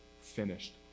finished